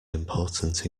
important